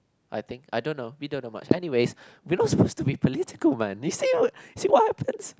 I think I don't know we don't know much anyways we're not supposed to be political man you see what see what happens